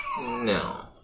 No